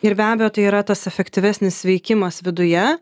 ir be abejo tai yra tas efektyvesnis veikimas viduje